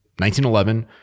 1911